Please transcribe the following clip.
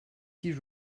die